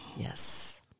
Yes